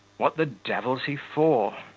what the devil's he for